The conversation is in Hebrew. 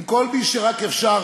עם כל מי שרק אפשר,